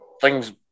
thing's